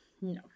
No